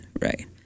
right